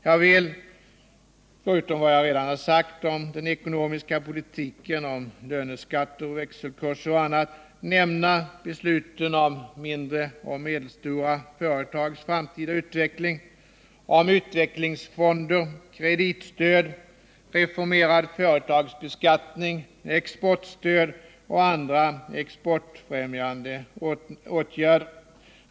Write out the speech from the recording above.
Jag vill, förutom vad jag redan har sagt om den ekonomiska politiken, om löneskatter och växelkurser och annat, nämna besluten om mindre och medelstora företags framtida utveckling, om utvecklingsfonder, kreditstöd, reformerad företagsbeskattning, exportstöd och andra exportfrämjande åtgärder.